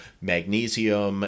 magnesium